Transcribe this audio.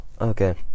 Okay